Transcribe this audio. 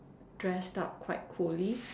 dressed up quite cooly